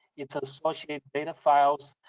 its associated data files,